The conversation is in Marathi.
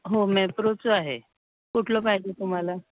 हो मेप्रोचं आहे कुठलं पाहिजे तुम्हाला